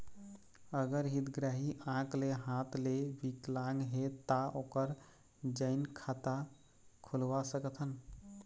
अगर हितग्राही आंख ले हाथ ले विकलांग हे ता ओकर जॉइंट खाता खुलवा सकथन?